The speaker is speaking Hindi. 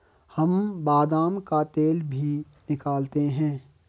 हम बादाम का तेल भी निकालते हैं